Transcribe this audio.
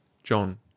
John